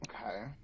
okay